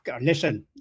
listen